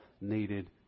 needed